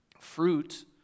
fruit